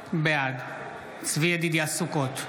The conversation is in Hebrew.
בעד צבי ידידיה סוכות,